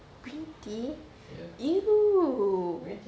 green tea !eww!